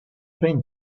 been